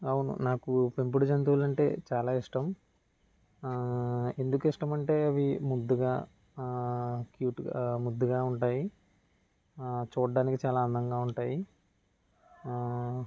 అవును నాకు పెంపుడు జంతువులు అంటే చాలా ఇష్టం ఎందుకు ఇష్టం అంటే అవి ముద్దుగా క్యూట్ గా ముద్దుగా ఉంటాయి చూడ్డానికి చాలా అందంగా ఉంటాయి